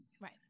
Right